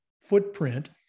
footprint